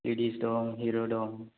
ladies दं हिर' दं